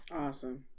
Awesome